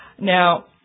Now